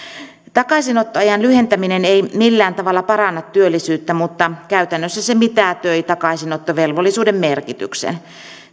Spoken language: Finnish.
takaisinottoajan lyhentäminen ei millään tavalla paranna työllisyyttä mutta käytännössä se mitätöi takaisinottovelvollisuuden merkityksen